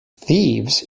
thieves